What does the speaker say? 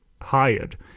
hired